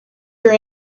your